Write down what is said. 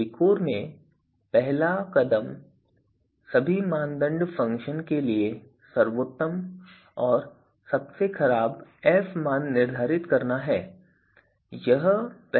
विकोर में पहला कदम सभी मानदंड फ़ंक्शन के लिए सर्वोत्तम और सबसे खराब f मान निर्धारित करना है